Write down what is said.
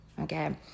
okay